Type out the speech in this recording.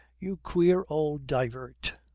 you queer old divert.